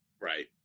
right